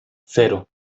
cero